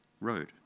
road